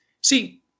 see